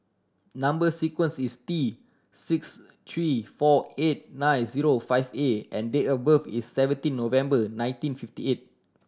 number sequence is T six three four eight nine zero five A and date of birth is seventeen November nineteen fifty eight